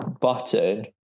button